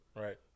Right